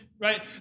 right